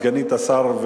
סגנית השר,